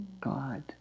God